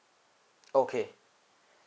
okay